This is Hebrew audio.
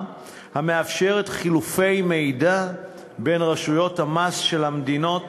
המאפשרת חילופי מידע בין רשויות המס של המדינות